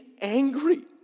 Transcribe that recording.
angry